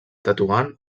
tetuan